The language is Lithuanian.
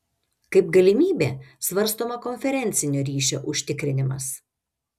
kaip galimybė svarstoma konferencinio ryšio užtikrinimas